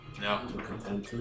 No